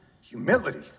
humility